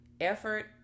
Effort